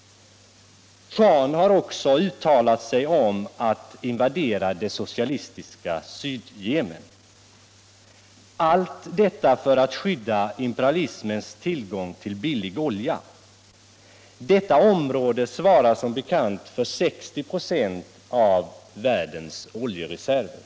Schahen har också uttalat sig om att Torsdagen den invadera det socialistiska Sydjemen — allt för att skydda imperialismens 22 januari 1976 tillgång till billig olja. Detta område svarar som bekant för 60 26 av väst: — LL världens oljereserver.